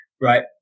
right